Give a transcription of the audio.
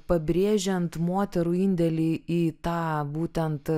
pabrėžiant moterų indėlį į tą būtent